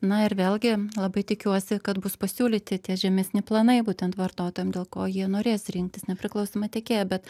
na ir vėlgi labai tikiuosi kad bus pasiūlyti tie žemesni planai būtent vartotojam dėl ko jie norės rinktis nepriklausomą tiekėją bet